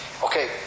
Okay